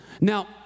Now